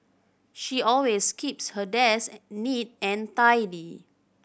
she always keeps her desk neat and tidy